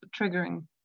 triggering